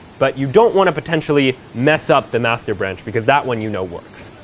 but you don't want to potentially mess up the master branch because that one you know works.